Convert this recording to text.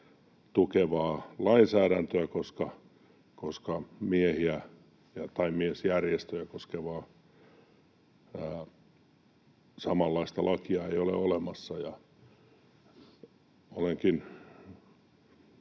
tukevaa lainsäädäntöä, koska miesjärjestöjä koskevaa samanlaista lakia ei ole olemassa. Olenkin